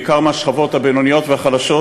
בעיקר מהשכבות הבינוניות והחלשות.